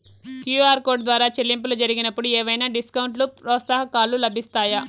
QR code ద్వారా చెల్లింపులు జరిగినప్పుడు ఏవైనా డిస్కౌంట్ లు, ప్రోత్సాహకాలు లభిస్తాయా?